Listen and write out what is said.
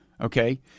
Okay